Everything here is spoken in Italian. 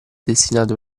destinato